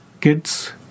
kids